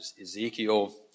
Ezekiel